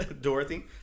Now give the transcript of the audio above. Dorothy